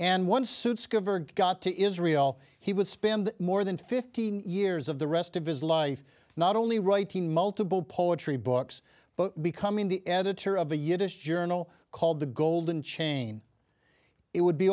cover got to israel he would spend more than fifteen years of the rest of his life not only writing multiple poetry books but becoming the editor of a uterus journal called the golden chain it would be